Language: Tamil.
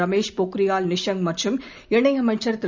ரமேஷ் பொக்ரியால் நிஷாங்க் மற்றும் இணையமைச்சர் திரு